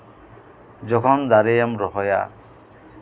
ᱡᱚᱠᱷᱚᱱ ᱫᱟᱨᱮᱢ ᱨᱚᱦᱚᱭᱟ